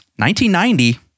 1990